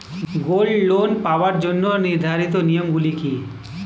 Gold loan পাওয়ার জন্য নির্ধারিত নিয়ম গুলি কি?